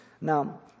Now